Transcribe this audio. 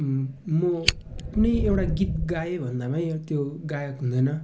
म कुनै एउटा गीत गाएँ भन्दामै त्यो गायक हुँदिनँ